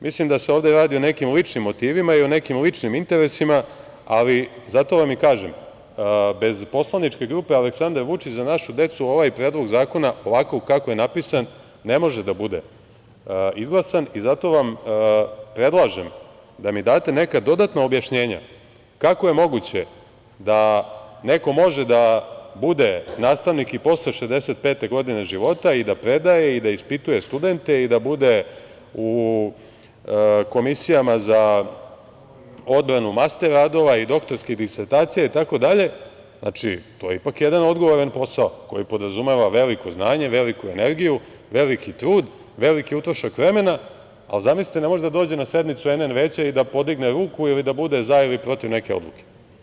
Mislim da se ovde radi o nekim ličnim motivima i o nekim ličnim interesima, ali zato vam i kažem bez Poslaničke grupe Aleksandar Vučić – Za našu decu ovaj predlog zakona, ovako kako je napisan, ne može da bude izglasan i zato vam predlažem da mi date neka dodatna objašnjenja - kako je moguće da neko može da bude nastavnik i posle 65 godine života i da predaje i da ispituje studente i da bude u komisijama za odbranu master radova i doktorskih disertacija itd. znači, to je ipak jedan odgovoran posao koji podrazumeva veliko znanje, veliku energiju, veliki trud, veliki utrošak vremena, a zamislite ne može da dođe na sednicu NN veća i da podigne ruku ili da bude za ili protiv neke odluke?